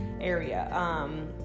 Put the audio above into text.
area